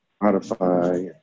modify